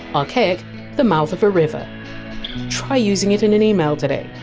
archaic the mouth of a river try using it in an email today